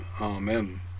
Amen